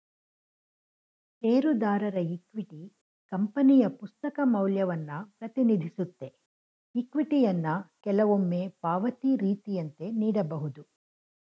ಷೇರುದಾರರ ಇಕ್ವಿಟಿ ಕಂಪನಿಯ ಪುಸ್ತಕ ಮೌಲ್ಯವನ್ನ ಪ್ರತಿನಿಧಿಸುತ್ತೆ ಇಕ್ವಿಟಿಯನ್ನ ಕೆಲವೊಮ್ಮೆ ಪಾವತಿ ರೀತಿಯಂತೆ ನೀಡಬಹುದು